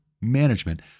management